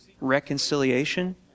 reconciliation